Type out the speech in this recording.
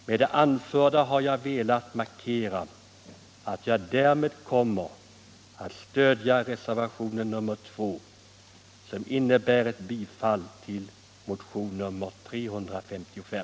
Med det anförda har jag velat markera att jag kommer att stödja reservationen, som innebär bifall till motion nr 355.